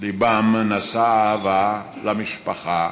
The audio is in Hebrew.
לבם נשא אהבה למשפחה,